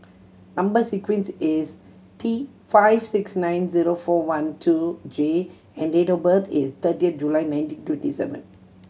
number sequence is T five six nine zero four one two J and date of birth is thirty July nineteen twenty seven